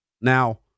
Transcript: Now